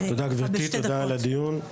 תודה גבירתי, תודה על הדיון.